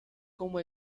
como